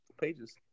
pages